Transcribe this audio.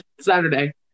Saturday